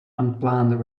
unplanned